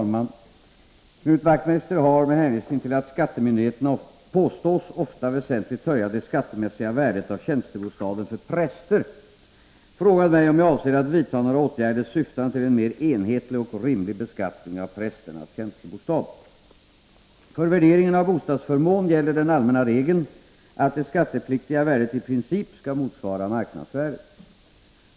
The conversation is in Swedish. Herr talman! Knut Wachtmeister har, med hänvisning till att skattemyndigheterna påstås ofta väsentligt höja det skattemässiga värdet av tjänstebostaden för präster, frågat mig om jag avser att vidta några åtgärder, syftande till en mer enhetlig och rimlig beskattning av prästernas tjänstebostad. 95 För värderingen av bostadsförmån gäller den allmänna regeln att det skattepliktiga värdet i princip skall motsvara marknadsvärdet.